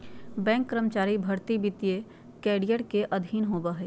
banking कर्मचारी भर्ती वित्तीय करियर के अधीन आबो हय